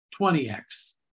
20x